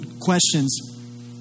questions